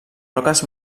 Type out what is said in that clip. roques